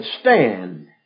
stand